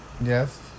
Yes